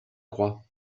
croix